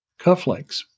cufflinks